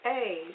Hey